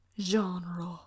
genre